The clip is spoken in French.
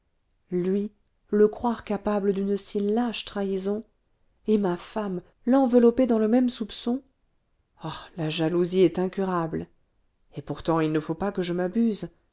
lui le croire capable d'une si lâche trahison et ma femme l'envelopper dans le même soupçon oh la jalousie est incurable et pourtant il ne faut pas que je m'abuse